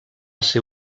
ser